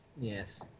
Yes